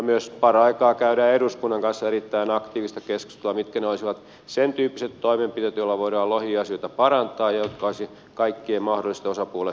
myös paraikaa käydään eduskunnan kanssa erittäin aktiivista keskustelua mitkä olisivat ne sentyyppiset toimenpiteet joilla voidaan lohiasioita parantaa ja jotka olisivat kaikkien mahdollisten osapuolten hyväksyttävissä